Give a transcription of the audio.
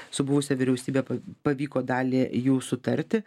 su buvusia vyriausybe pavyko dalį jų sutarti